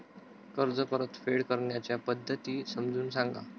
कर्ज परतफेड करण्याच्या पद्धती समजून सांगा